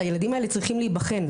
הילדים האלה צריכים להיבחן,